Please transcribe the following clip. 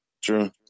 True